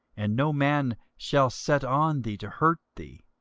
and no man shall set on thee to hurt thee